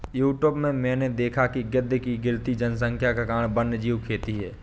YouTube में मैंने देखा है कि गिद्ध की गिरती जनसंख्या का कारण वन्यजीव खेती है